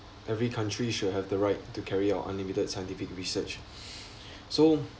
every country should have the right to carry out unlimited scientific research so